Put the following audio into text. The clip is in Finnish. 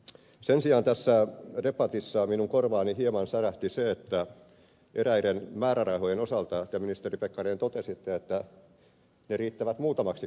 sen sijaan tässä debatissa minun korvaani hieman särähti se että eräiden määrärahojen osalta te ministeri pekkarinen totesitte että ne riittävät muutamaksi kuukaudeksi